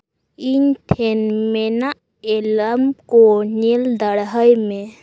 ᱤᱧ ᱴᱷᱮᱱ ᱢᱮᱱᱟᱜ ᱮᱞᱟᱢ ᱠᱚ ᱧᱮᱞ ᱫᱟᱲᱦᱟᱭ ᱢᱮ